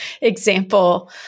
example